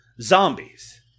Zombies